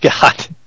God